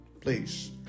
Please